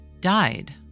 died